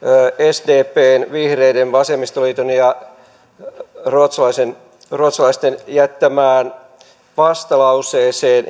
sdpn vihreiden vasemmistoliiton ja ruotsalaisten ruotsalaisten jättämään vastalauseeseen